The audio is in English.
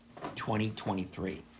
2023